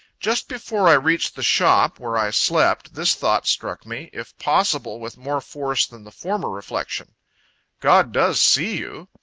just before i reached the shop, where i slept, this thought struck me, if possible with more force than the former reflection god does see you!